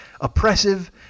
oppressive